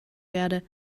werde